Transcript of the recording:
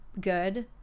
good